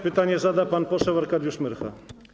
Pytanie zada pan poseł Arkadiusz Myrcha.